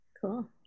Cool